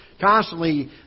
constantly